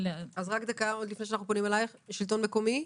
שלטון מקומי?